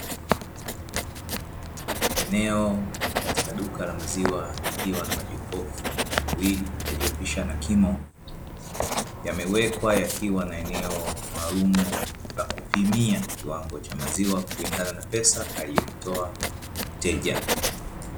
Eneo katika duka la maziwa likiwa na majokofu mawili yaliyopishana kimo, yamewekwa yakiwa na eneo maalumu la kupimia kiwango cha maziwa kulingana na pesa aliyoitoa mteja.